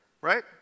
right